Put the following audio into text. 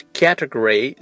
category